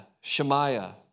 Shemaiah